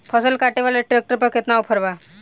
फसल काटे वाला ट्रैक्टर पर केतना ऑफर बा?